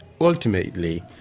ultimately